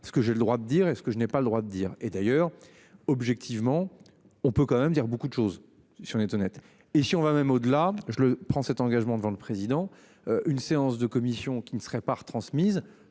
ce que j'ai le droit de dire est-ce que je n'ai pas le droit de dire et d'ailleurs objectivement on peut quand même dire beaucoup de choses, si on est honnête et si on va même au-delà je le prends cet engagement devant le président. Une séance de commission qui ne serait pas retransmise